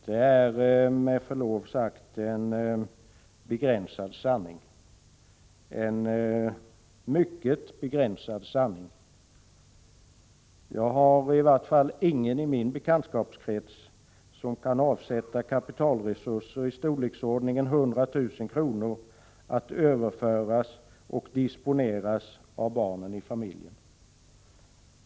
Det är med förlov sagt en mycket begränsad sanning. Jag har ingen i min bekantskapskrets som kan avsätta kapitalresurser i storleksordningen 100 000 kr. att överföras till och disponeras av barnen i familjen.